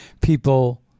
people—